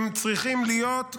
הם צריכים להיות,